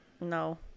No